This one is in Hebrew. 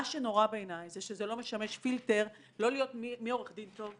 מה שנורא בעיניי הוא שזה לא משמש פילטר למי עורך דין טוב,